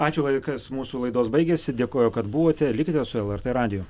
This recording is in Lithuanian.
ačiū laikas mūsų laidos baigėsi dėkoju kad buvote likite su lrt radiju